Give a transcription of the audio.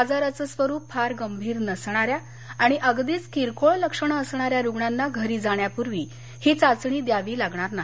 आजाराचं स्वरुप फार गंभीर नसणाऱ्या आणि अगदीच किरकोळ लक्षणं असणाऱ्या रुग्णांना घरी जाण्यापूर्वी ही चाचणी द्यावी लागणार नाही